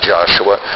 Joshua